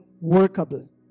workable